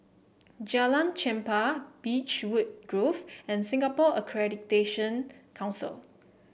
Jalan Chempah Beechwood Grove and Singapore Accreditation Council